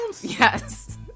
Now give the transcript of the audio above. yes